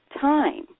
time